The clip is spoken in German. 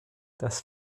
das